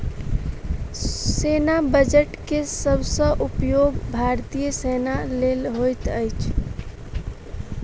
सेना बजट के सब सॅ उपयोग भारतीय सेना लेल होइत अछि